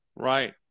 Right